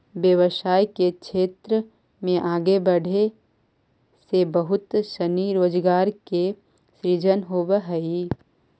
व्यवसाय के क्षेत्र में आगे बढ़े से बहुत सनी रोजगार के सृजन होवऽ हई